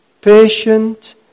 patient